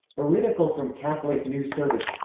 ariticle from catholic news service